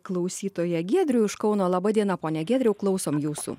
klausytoją giedrių iš kauno laba diena pone giedriau klausom jūsų